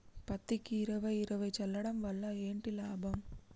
పత్తికి ఇరవై ఇరవై చల్లడం వల్ల ఏంటి లాభం?